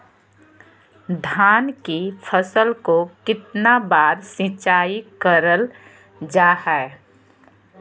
धान की फ़सल को कितना बार सिंचाई करल जा हाय?